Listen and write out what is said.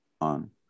on